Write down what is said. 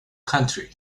country